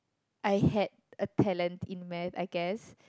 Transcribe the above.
I had a talent in math I guess